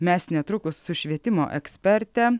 mes netrukus su švietimo eksperte